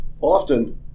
Often